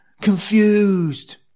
Confused